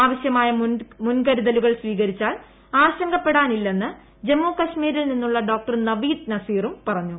ആവശ്യമായി മുൻകരുതലുകൾ സ്വീകരിച്ചാൽ ആശങ്കപ്പെടാൻ ഇല്ലെന്ന് ജമ്മുകാശ്മീരിൽ നിന്നുള്ള ഡോക്ടർ നവീദ് നസീറും പറഞ്ഞു